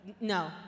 No